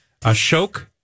Ashok